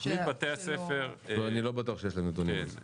לא, אני לא בטוח שיש להם נתונים על זה.